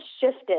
shifted